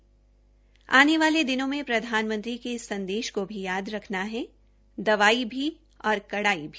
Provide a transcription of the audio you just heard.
आने वाले दिनों में प्रधानमंत्री के इस संदेश को भी याद रखना है दवाई भी और कड़ाई भी